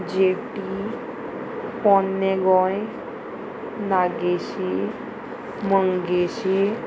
jetty पोन्ने गोंय नागेशी मंगेशी